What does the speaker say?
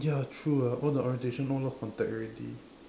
ya true lah all the orientation all lost contact already